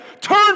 turn